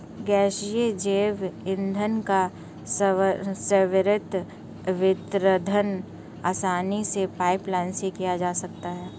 गैसीय जैव ईंधन का सर्वत्र वितरण आसानी से पाइपलाईन से किया जा सकता है